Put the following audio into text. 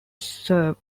serve